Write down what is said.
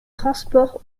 transports